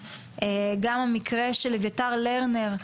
למשל, המקרה של אביתר לרנר.